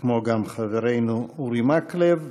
כמו גם חברינו אורי מקלב,